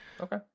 Okay